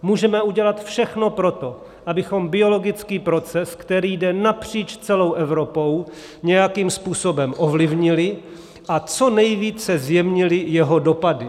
Můžeme udělat všechno pro to, abychom biologický proces, který jde napříč celou Evropou, nějakým způsobem ovlivnili a co nejvíce zjemnili jeho dopady.